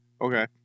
Okay